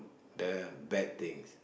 the bad things